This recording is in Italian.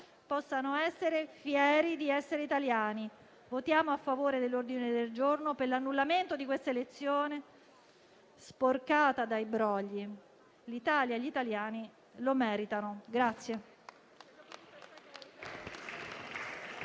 possano essere fieri di essere italiani. Votiamo a favore dell'ordine del giorno per l'annullamento di questa elezione sporcata dai brogli. L'Italia e gli italiani lo meritano.